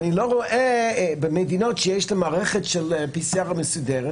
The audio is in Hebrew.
במדינות שיש להן מערכת PCR מסודרת,